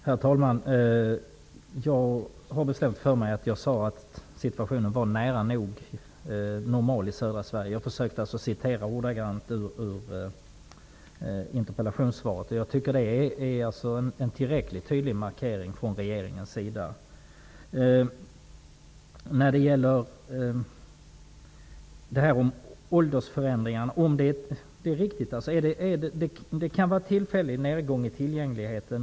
Herr talman! Jag har för mig att jag sade att situationen i södra Sverige var nära nog normal -- jag försökte alltså att citera ordagrant ur interpellationssvaret. Jag tycker att det är en tillräckligt tydlig markering från regeringens sida. Det är riktigt att det kan vara fråga om en tillfällig nedgång i tillgängligheten.